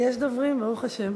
יש דוברים, ברוך השם.